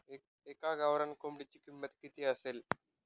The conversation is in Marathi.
एका गावरान कोंबडीची किंमत किती असते?